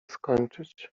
skończyć